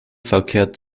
verkehrt